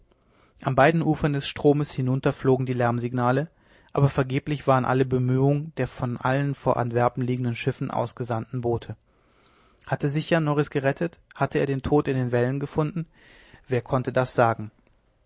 an beiden ufern des stromes hinunter flogen die lärmsignale aber vergeblich waren alle bemühungen der von allen vor antwerpen liegenden schiffen ausgesandten boote hatte sich jan norris gerettet hatte er den tod in den wellen gefunden wer konnte das sagen